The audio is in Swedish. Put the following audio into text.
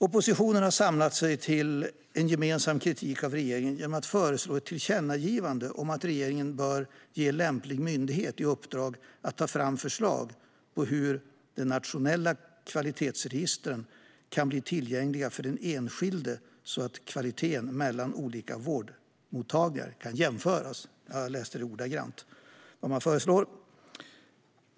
Oppositionen har samlat sig till en gemensam kritik av regeringen genom att föreslå ett tillkännagivande om att regeringen bör ge lämplig myndighet i uppdrag att ta fram förslag på hur de nationella kvalitetsregistren kan bli tillgängliga för den enskilde så att kvaliteten mellan olika vårdmottagningar kan jämföras. Jag läser ordagrant vad man föreslår.